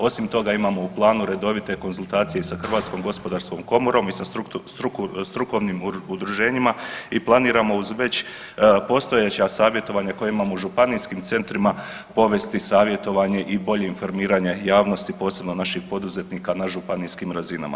Osim toga imamo u planu redovite konzultacije sa HGK i sa strukovnim udruženjima i planiramo uz već postojeća savjetovanja koja imamo u županijskim centrima povesti savjetovanje i bolje informiranje javnosti, posebno naših poduzetnika na županijskim razinama.